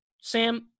Sam